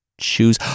choose